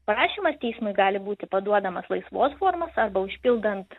prašymas teismui gali būti paduodamas laisvos formos arba užpildant